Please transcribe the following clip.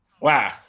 Wow